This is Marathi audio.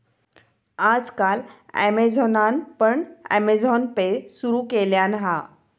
आज काल ॲमेझॉनान पण अँमेझॉन पे सुरु केल्यान हा